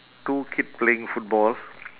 two kid playing football